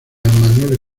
emanuel